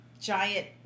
giant